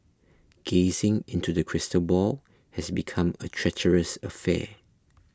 gazing into the crystal ball has become a treacherous affair